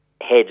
head